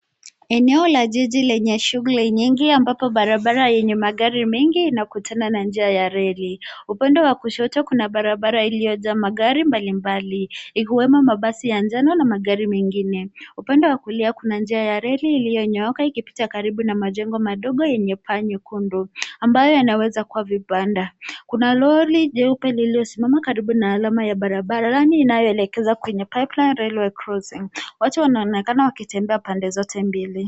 Eneo la jiji lenye shughuli nyingi ambapo barabara yenye magari mengi inakutana na njia ya reli. Upande wa kushoto kuna barabara iliyojaa magari mbalimbali, ikiwemo mabasi ya njano na magari mengine. Upande wa kulia kuna njia ya reli iliyonyooka ikipitia karibu na majengo madogo yenye paa nyekundu ambayo yanaweza kuwa vibanda. Kuna lori nyeupe lililosimama karibu na alama ya barabara, lami inayoelekeza kwenye Pipeline Railway Crossing Watu wanaonekana wakitembea pande zote mbili.